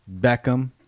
Beckham